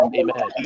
amen